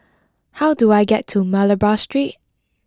how do I get to Malabar Street